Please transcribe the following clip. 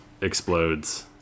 explodes